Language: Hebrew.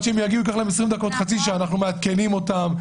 אנחנו מעדכנים אותם.